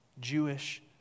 Jewish